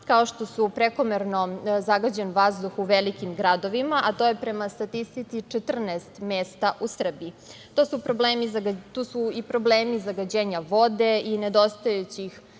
kao što su prekomerno zagađen vazduh u velikim gradovima, a to je, prema statistici, 14 mesta u Srbiji. Tu su i problemi zagađenja vode i nedostajućih